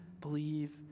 believe